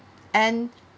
and